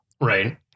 Right